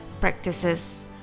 practices